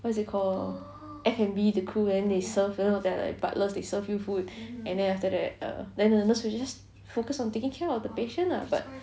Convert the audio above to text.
what's it called F&B the crew and then they serve you know that they're like butlers they serve you food and then after that err then the nurse will just focus on taking care of the patient ah but